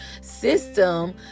system